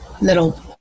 little